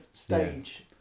stage